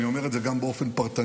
אני אומר את זה גם באופן פרטני,